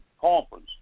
conference